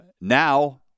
now